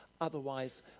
otherwise